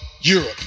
Europe